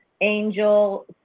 angel